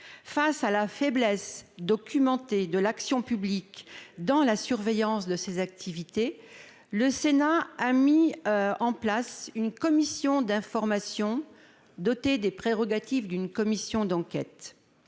face à la faiblesse documentée de l'action publique dans la surveillance de ces activités, le Sénat a mis en place une mission d'information sur le contrôle des Ehpad dotée des pouvoirs d'une commission d'enquête.